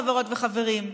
חברות וחברים.